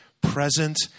present